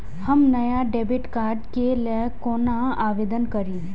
हम नया debit card के लल कौना आवेदन करि?